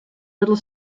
little